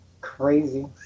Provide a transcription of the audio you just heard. crazy